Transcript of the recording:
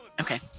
Okay